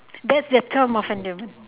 that's their term of endearment